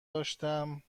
داشتم